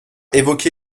évoqué